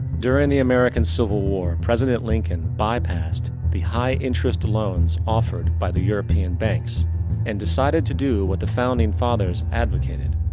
during the american civil war president lincoln bypassed the high interest loans offered by the european banks and decided to do what the founding fathers advocated.